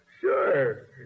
Sure